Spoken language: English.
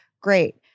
great